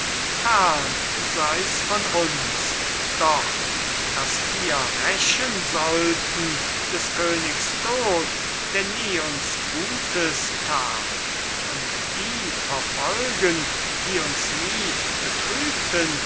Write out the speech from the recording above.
fern sei's von uns doch dass wir rächen sollten des königs tod der nie uns gutes tat und die verfolgen die uns nie betrübten